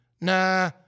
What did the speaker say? Nah